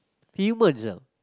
humans